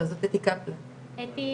שמי חיים מלכה,